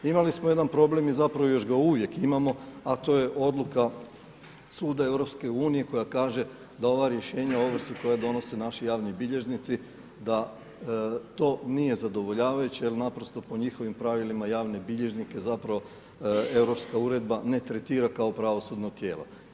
Imali smo jedan problem i zapravo još ga uvijek imamo, a to je Odluka suda EU koja kaže da ova rješenja o ovrsi koja donose naši javni bilježnici, da to nije zadovoljavajuće jer naprosto po njihovim pravilima javne bilježnike zapravo europska uredba ne tretira kao pravosudno tijelo.